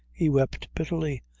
he wept bitterly,